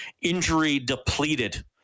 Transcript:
injury-depleted